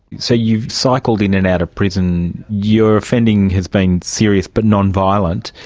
so you've cycled in and out of prison, your offending has been serious but nonviolent.